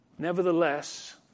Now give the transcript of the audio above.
Nevertheless